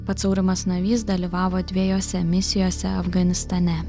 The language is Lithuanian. pats aurimas navys dalyvavo dvejose misijose afganistane